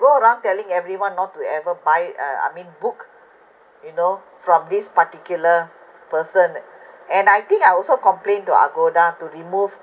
go around telling everyone not to ever buy uh I mean book you know from this particular person and I think I also complained to agoda to remove